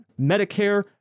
Medicare